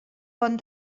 pont